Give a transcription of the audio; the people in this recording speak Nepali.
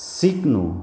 सिक्नु